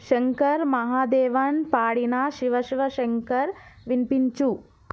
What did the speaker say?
శంకర్ మహాదేవన్ పాడిన శివ శివ శంకర్ వినిపించు